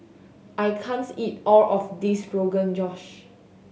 I can't eat all of this Rogan Josh